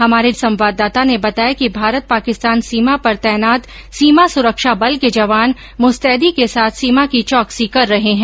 हमारे बाड़मेर संवाददाता ने बताया कि भारत पाकिस्तान सीमा पर तैनात सीमा सुरक्षा बल के जवान मुश्तैदी के साथ सीमा की चौकसी कर रहे हैं